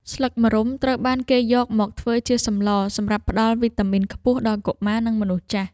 ស្លឹកម្រុំត្រូវបានគេយកមកធ្វើជាសម្លសម្រាប់ផ្តល់វីតាមីនខ្ពស់ដល់កុមារ និងមនុស្សចាស់។